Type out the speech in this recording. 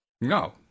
no